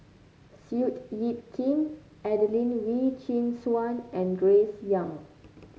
Seow Yit Kin Adelene Wee Chin Suan and Grace Young